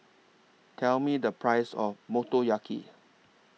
Tell Me The Price of Motoyaki